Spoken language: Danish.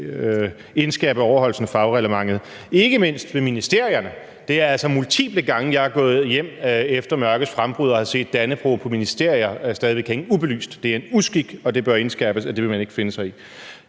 indskærpe overholdelsen af flagreglementet, ikke mindst ved ministerierne. Det er altså multiple gange, jeg er gået hjem efter mørkets frembrud og har set Dannebrog stadig væk hænge ubelyst på ministerier. Det er en uskik, og det bør indskærpes, at det vil man ikke finde sig i.